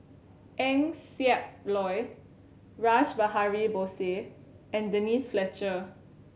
Eng Siak Loy Rash Behari Bose and Denise Fletcher